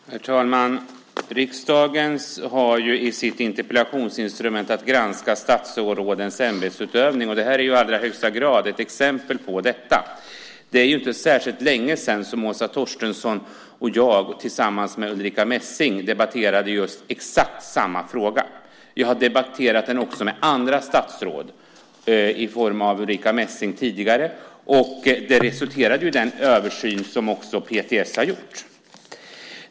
Herr talman! Riksdagen har genom sitt interpellationsinstrument att granska statsrådens ämbetsutövning, och det här är i allra högsta grad ett exempel på det. Det är inte särskilt länge sedan som Åsa Torstensson och jag tillsammans med Ulrica Messing debatterade exakt samma fråga. Jag har debatterat den tidigare med andra statsråd, med Ulrica Messing. Det resulterade i den översyn som PTS har gjort.